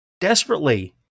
desperately